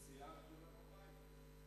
הסיעה הגדולה בבית.